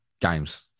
games